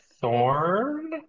thorn